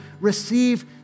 receive